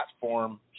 platform